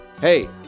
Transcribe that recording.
hey